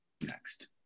next